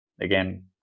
Again